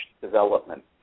development